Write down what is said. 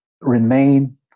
remain